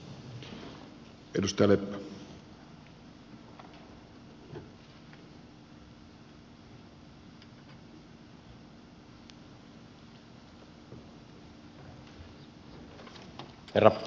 arvoisa herra puhemies